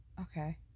Okay